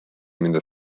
mida